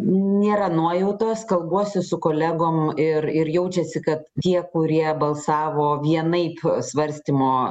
nėra nuojautos kalbuosi su kolegom ir ir jaučiasi kad tie kurie balsavo vienaip svarstymo